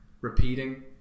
repeating